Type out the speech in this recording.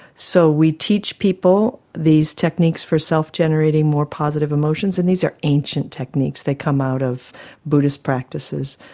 so we teach people these techniques for self-generating more positive emotions, and these are ancient techniques, they come out of buddhist practices,